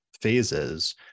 phases